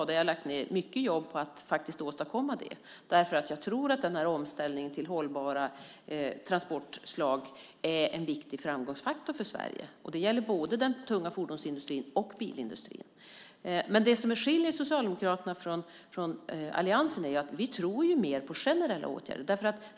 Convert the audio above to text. Det har jag lagt ned mycket jobb på att åstadkomma därför att jag tror att denna omställning till hållbara transportslag är en viktig framgångsfaktor för Sverige. Det gäller både den tunga fordonsindustrin och bilindustrin. Men det som skiljer Socialdemokraterna från alliansen är att vi tror mer på generella åtgärder.